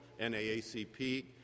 NAACP